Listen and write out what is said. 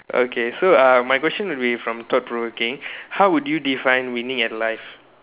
okay so uh my question will be from thought provoking how would you define winning in life